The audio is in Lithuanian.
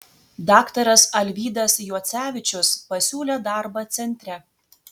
daktaras alvydas juocevičius pasiūlė darbą centre